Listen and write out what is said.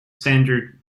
standard